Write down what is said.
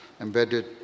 embedded